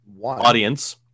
audience